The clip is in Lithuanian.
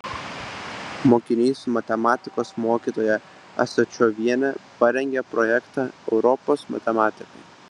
mokiniai su matematikos mokytoja asačioviene parengė projektą europos matematikai